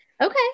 okay